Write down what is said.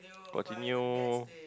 continue